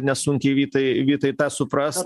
nesunkiai vytai vytai tą suprast